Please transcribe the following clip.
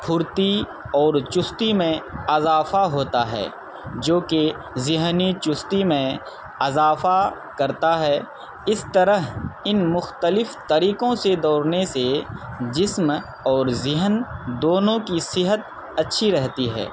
پھرتی اور چستی میں اضافہ ہوتا ہے جو کہ ذہنی چستی میں اضافہ کرتا ہے اس طرح ان مختلف طریقوں سے دوڑنے سے جسم اور ذہن دونوں کی صحت اچھی رہتی ہے